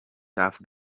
tuff